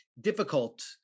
difficult